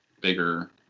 bigger